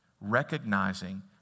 recognizing